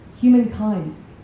humankind